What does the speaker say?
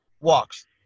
walks